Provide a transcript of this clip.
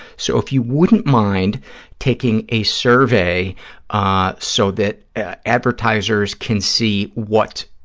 so if you wouldn't mind taking a survey ah so that advertisers can see what